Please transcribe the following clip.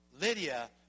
Lydia